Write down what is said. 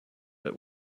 but